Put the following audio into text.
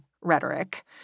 rhetoric